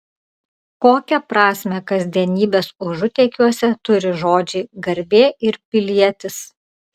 kokią prasmę kasdienybės užutėkiuose turi žodžiai garbė ir pilietis